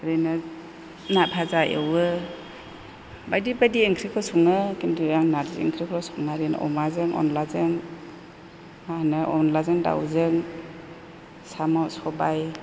ओरैनो ना भाजा एवो बायदि बायदि ओंख्रिखौ सङो खिन्थु आं नारजि ओंख्रिखौ सङा अमाजों अनद्लाजों मा होनो अनद्लाजों दाउजों साम' सबाय